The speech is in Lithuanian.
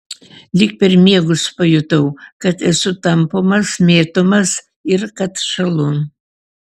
lyg per miegus pajutau kad esu tampomas mėtomas ir kad šąlu